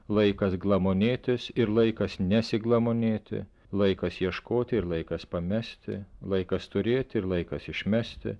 laikas glamonėtis ir laikas nesiglamonėti laikas ieškoti ir laikas pamesti laikas turėti ir laikas išmesti